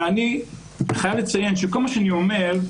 אבל אני חייב לציין שכל מה שאני אומר,